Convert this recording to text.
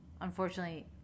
Unfortunately